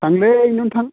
थांलै नों थां